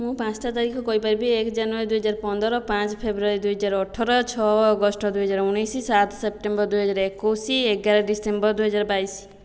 ମୁଁ ପାଞ୍ଚଟା ତାରିଖ କହିପାରିବି ଏକ ଜାନୁଆରୀ ଦୁଇହଜାର ପନ୍ଦର ପାଞ୍ଚ ଫେବୃଆରୀ ଦୁଇହଜାର ଅଠର ଛଅ ଅଗଷ୍ଟ ଦୁଇହଜାର ଉଣେଇଶ ସାତ ସେପ୍ଟେମ୍ବର ଦୁଇହଜାର ଏକୋଇଶ ଏଗାର ଡିସେମ୍ବର ଦୁଇହଜାର ବାଇଶ